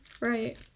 right